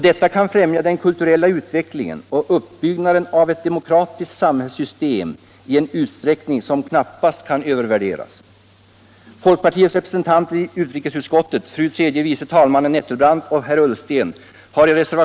Detta kan främja den kulturella utvecklingen och uppbyggnaden av ett demokratiskt samhällssystem i en utsträckning som knappast kan övervärderas.